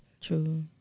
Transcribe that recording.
true